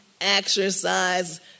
exercise